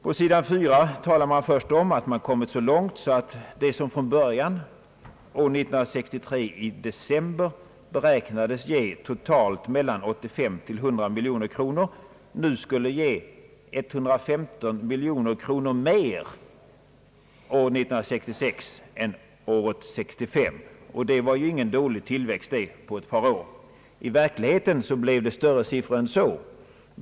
På sidan 4 talas det om att man kommit så långt att det som från början — år 1963 i december — beräknades ge totalt mellan 85 och 100 miljoner kronor nu skulle ge cirka 115 miljoner kronor mer år 1966 än året 1965. Det var ingen dålig tillväxt under ett par år. I verkligheten blev det större siffror än så.